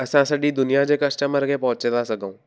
असां सॼी दुनियां जे कस्टमर खे पहुची था सघूं